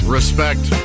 Respect